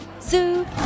Zoo